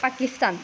Pakistan